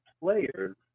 players